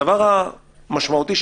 הדבר המשמעותי,